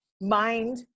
mind